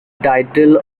title